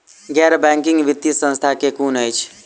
गैर बैंकिंग वित्तीय संस्था केँ कुन अछि?